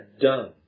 done